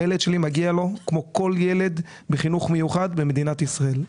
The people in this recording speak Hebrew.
לילד שלי מגיע כמו לכל ילד בחינוך מיוחד במדינת ישראל.